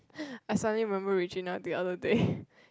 I suddenly remember Regina the other day